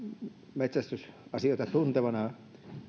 metsästysasioita tuntevana